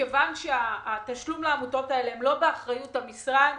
מכיוון שהתשלום לעמותות האלה לא באחריות המשרד,